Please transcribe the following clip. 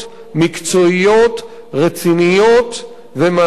מקצועיות, רציניות ומעמיקות.